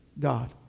God